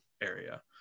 area